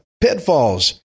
pitfalls